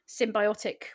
symbiotic